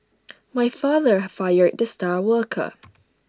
my father fired the star worker